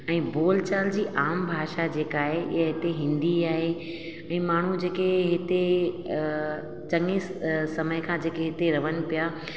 ऐं बोल चाल जी आम भाषा जेका आहे इहा हिते हिंदी आहे ऐं माण्हू जेके हिते चङे समय खां जेके हिते रहनि पिया